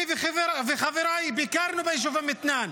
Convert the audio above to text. אני וחבריי ביקרנו ביישוב אום מתנאן.